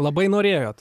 labai norėjot